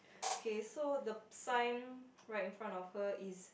K so the sign right in front of her is